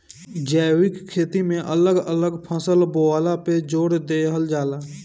जैविक खेती में अलग अलग फसल बोअला पे जोर देहल जाला